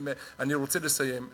אני רוצה לסיים.